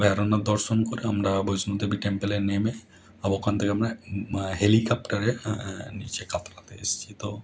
ভইরোনাথ দর্শন করে আমরা বৈষ্ণোদেবী টেম্পলে নেমে আবার ওখান থেকে আমরা হেলিকপ্টারে নিচে কাঁপতে কাঁপতে এসেছি তো